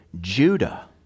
Judah